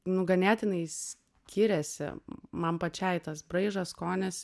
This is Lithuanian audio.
nu ganėtinai skiriasi man pačiai tas braižas skonis